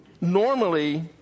normally